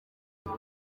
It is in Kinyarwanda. ngo